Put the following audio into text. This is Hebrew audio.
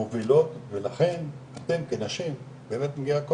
מובילות ולכן אתם כנשים באמת מגיע כל